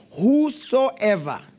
whosoever